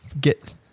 Get